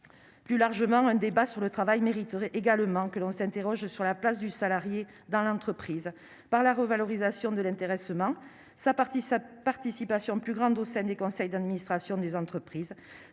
Plus largement, un débat sur le travail mériterait également que l'on s'interroge sur la place du salarié dans l'entreprise la revalorisation de l'intéressement et la hausse de sa participation au sein des conseils d'administration des entreprises.